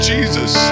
Jesus